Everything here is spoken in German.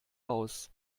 aus